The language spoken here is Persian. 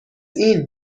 این